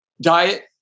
diet